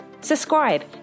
Subscribe